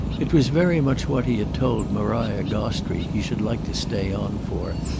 it was very much what he had told maria gostrey he should like to stay on for,